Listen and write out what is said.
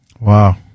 Wow